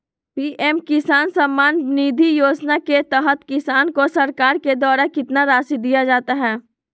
PM Kisan Samman Nidhi योजना के तहत किसान को सरकार के द्वारा कितना रासि दिया जाता है?